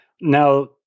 now